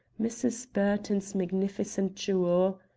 mrs. burton's magnificent jewel.